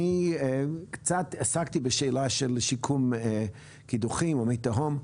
אני קצת עסקתי בשאלה של שיקום קידוחים או מי תהום.